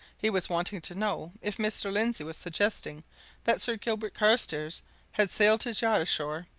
he was wanting to know if mr. lindsey was suggesting that sir gilbert carstairs had sailed his yacht ashore,